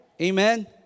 Amen